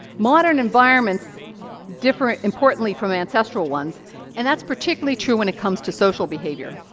modern environments differ importantly from ancestral ones and that's particularly true when it comes to social behaviour.